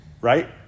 Right